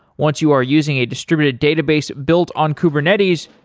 once you are using a distributed database built on kubernetes,